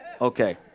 Okay